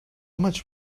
much